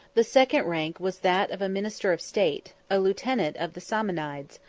the second rank was that of a minister of state, a lieutenant of the samanides,